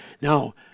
Now